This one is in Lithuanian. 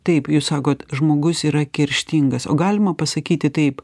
taip jūs sakot žmogus yra kerštingas o galima pasakyti taip